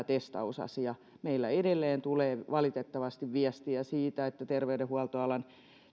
testausasia meillä edelleen valitettavasti tulee viestiä siitä että terveydenhuoltoalan